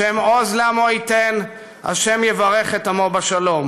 ה' עוז לעמו ייתן, ה' יברך את עמו בשלום.